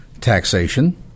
taxation